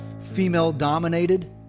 female-dominated